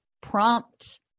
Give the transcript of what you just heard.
prompt